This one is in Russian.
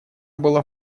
была